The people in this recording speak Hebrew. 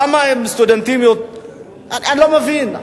למה, הם סטודנטים, אני לא מבין.